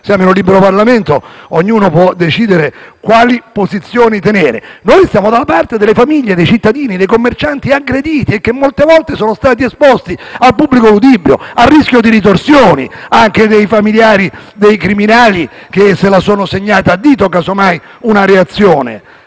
siamo in un libero Parlamento e ognuno può decidere quali posizioni tenere. Noi siamo dalla parte delle famiglie, dei cittadini, dei commercianti aggrediti e che molte volte sono stati esposti al pubblico ludibrio, al rischio di ritorsioni anche dei familiari dei criminali che possono essersi segnata al dito una reazione.